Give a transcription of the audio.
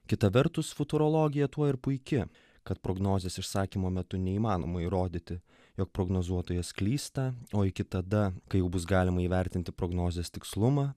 kita vertus futurologija tuo ir puiki kad prognozės išsakymo metu neįmanoma įrodyti jog prognozuotojas klysta o iki tada kai jau bus galima įvertinti prognozės tikslumą